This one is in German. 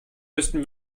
müssten